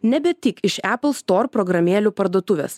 nebe tik iš epal stor programėlių parduotuvės